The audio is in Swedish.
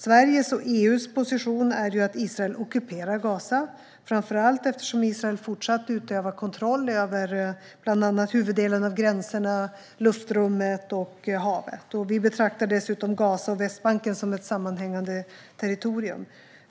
Sveriges och EU:s position är att Israel ockuperar Gaza, framför allt eftersom Israel fortsatt utövar kontroll över bland annat huvuddelen av gränserna, luftrummet och havet. Vi betraktar dessutom Gaza och Västbanken som ett sammanhängande territorium.